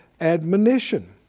admonition